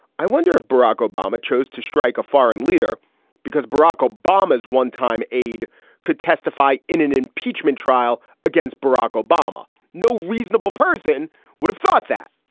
i wonder if barack obama chose to strike a foreign leader because barack obama's one time aide could testify in an impeachment trial against barack obama? no reasonable person would have thought that.